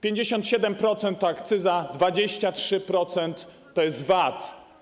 57% to akcyza, 23% to jest VAT.